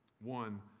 one